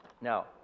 Now